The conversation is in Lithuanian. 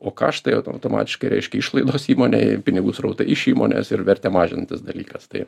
o kaštai automatiškai reiškia išlaidos įmonei ir pinigų srautą iš įmonės yra vertę mažinantis dalykas tai